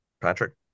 Patrick